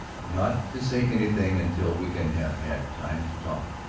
not to say anything until we can have had time to talk?